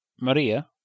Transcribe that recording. Maria